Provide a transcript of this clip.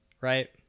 Right